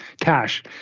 cash